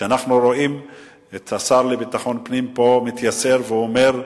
וכשאנחנו רואים את השר לביטחון פנים מתייסר פה ואומר: